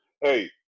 Hey